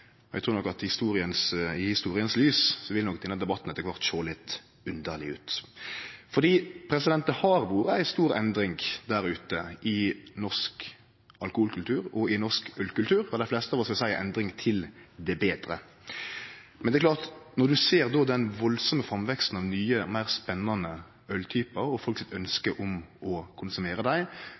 alltid. Eg trur at i historias lys vil nok denne debatten etter kvart sjå litt underleg ut. For det har vore ei stor endring der ute i norsk alkoholkultur og i norsk ølkultur, og dei fleste vil seie ei endring til det betre. Men det er klart: Når du då ser den veldige framveksten av nye og meir spennande øltypar og folk sitt ønske om å konsumere dei,